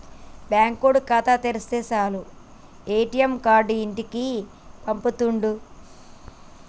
బాంకోడు ఖాతా తెరిస్తె సాలు ఏ.టి.ఎమ్ కార్డు ఇంటికి పంపిత్తుండు